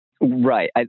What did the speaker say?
Right